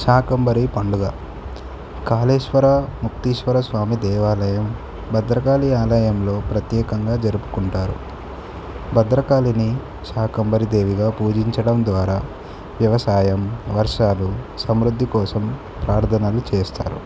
శాకంబరి పండుగ కాాలేశ్వర ముక్తశ్వర స్వామి దేవాలయం భద్రకాళీ ఆలయంలో ప్రత్యేకంగా జరుపుకుంటారు భద్రకళిని శాకంబరి దేవిగా పూజించడం ద్వారా వ్యవసాయం వర్షాలు సమృద్ధి కోసం ప్రార్థనాలు చేస్తారు